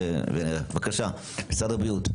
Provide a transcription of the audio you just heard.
בבקשה, משרד הבריאות.